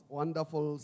wonderful